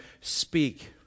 speak